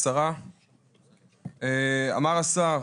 אמר השר,